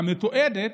המתועדת,